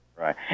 right